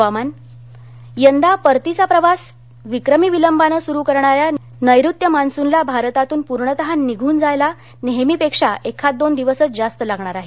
हवामान यंदा परतीचा प्रवास विक्रमी विलंबानं सुरू करणाऱ्या नैऋत्य मान्सूनला भारतातून पूर्णतःनिघून जायला नेहमीपेक्षा एखाद दोन दिवसच जास्त लागणार आहेत